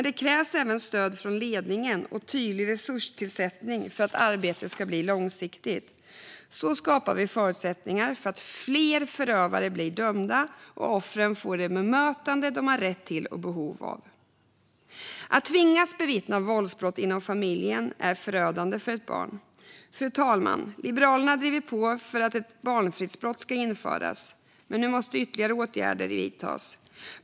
Det krävs även stöd från ledningen och tydlig resurstillsättning för att arbetet ska bli långsiktigt. Så skapar vi förutsättningar för att fler förövare ska bli dömda och offren ska få det bemötande de har rätt till och behov av. Att tvingas bevittna våldsbrott inom familjen är förödande för ett barn. Liberalerna har, fru talman, drivit på för att ett barnfridsbrott ska införas, men nu måste ytterligare åtgärder vidtas.